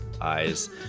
eyes